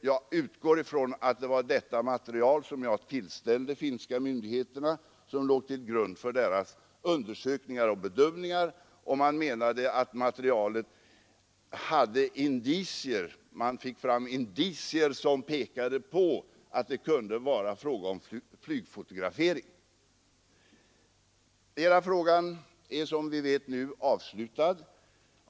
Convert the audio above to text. Jag utgår ifrån att det var bl.a. detta material som jag tillställde de finländska myndigheterna som låg till grund för deras undersökningar och bedömningar. De menade att de fick fram indicier som pekade på att det kunde vara fråga om flygfotografering. Hela frågan är som vi vet nu avslutad.